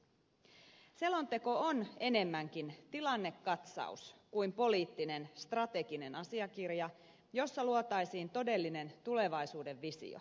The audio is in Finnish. selonteko on enemmänkin tilannekatsaus kuin poliittinen strateginen asiakirja jossa luotaisiin todellinen tulevaisuudenvisio